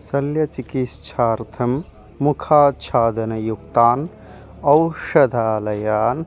शल्यचिकित्सार्थं मुखाच्छादनयुक्तान् औषधालयान्